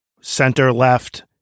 center-left